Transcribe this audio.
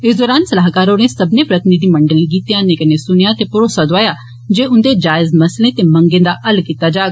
इस दौरान सलाहकार होरें सब्बने प्रतिनिधिमंडलें गी ध्यानै कन्नै सुनेआ ते भरोसा दोआया जे उन्दे जायज मसलें ते मंगें दा हल कीता जाग